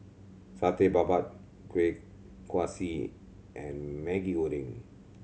Satay Babat Kuih Kaswi and Maggi Goreng